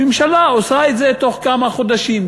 הממשלה עושה את זה בתוך כמה חודשים,